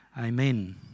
Amen